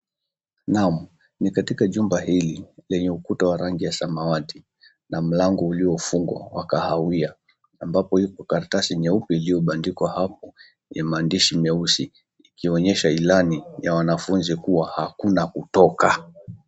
Naaam, ni katika jumba hili lenye ukuta wa rangi ya samawati na mlango uliofungwa wa kahawiya, ambapo ipo karatasi nyeupe iliyobandikwa hapo ya maandishi meusi ikionyesha ilani ya wanafunzi kuwa hakuna kutoka.